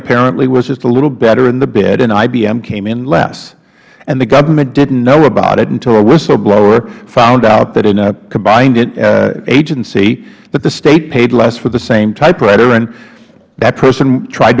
apparently was just a little better in the bid and ibm came in less and the government didn't know about it until a whistleblower found out that in a combined agency that the state paid less for the same typewriter and that person tried